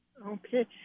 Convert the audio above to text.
Okay